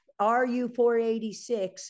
RU486